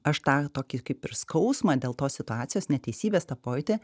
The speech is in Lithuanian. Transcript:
aš tą tokį kaip ir skausmą dėl tos situacijos neteisybės tą pojūtį